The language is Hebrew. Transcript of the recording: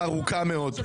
ישבנו ישיבה ארוכה מאוד.